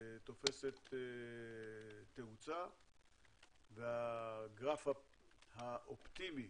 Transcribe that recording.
תופסת תאוצה והגרף האופטימי